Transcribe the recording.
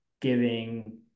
giving